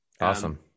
Awesome